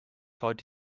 heute